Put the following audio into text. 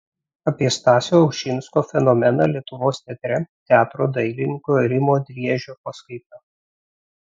apie stasio ušinsko fenomeną lietuvos teatre teatro dailininko rimo driežio paskaita